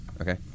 Okay